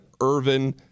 Irvin